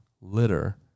litter